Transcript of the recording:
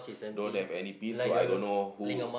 don't have any pins so I don't know who